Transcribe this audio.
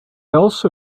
also